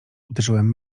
uderzyłem